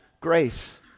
grace